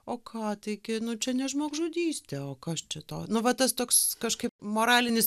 o ką taigi nu čia ne žmogžudystė o kas čia to nu va tas toks kažkaip moralinis